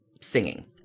singing